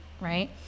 right